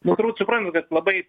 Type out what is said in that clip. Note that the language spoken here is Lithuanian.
nu turbūt suprantat kad labai